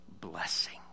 blessing